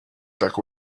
back